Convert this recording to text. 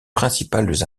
principales